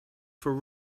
for